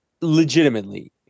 legitimately